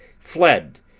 fled,